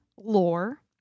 lore